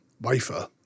wafer